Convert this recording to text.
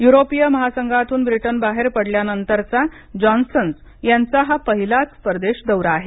युरोपीय महासंघातून ब्रिटन बाहेर पडल्यानंरचा जॉन्सन यांचा हा पहिलाच परदेश दौरा आहे